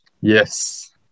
Yes